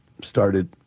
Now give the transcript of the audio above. started